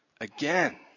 again